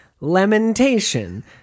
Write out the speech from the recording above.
lamentation